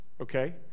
okay